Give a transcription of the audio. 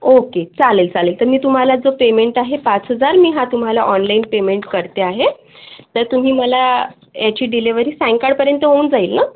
okay चालेल चालेल तर मी तुम्हाला जो पेमेंट आहे पाच हजार मी हा तुम्हाला ऑनलाईन पेमेंट करते आहे तर तुम्ही मला याची डिलेव्हरी सायंकाळपर्यंत होऊन जाईल ना